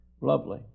lovely